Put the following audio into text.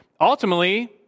Ultimately